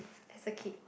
as a kid